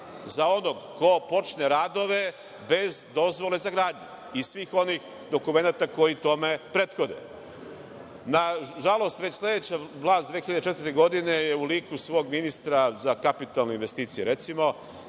za onog po počne radove bez dozvole za gradnju i svih onih dokumenata koji tome prethode. Nažalost, već sledeća vlast 2004. godine je u liku svog ministra za kapitalne investicije, recimo,